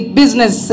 business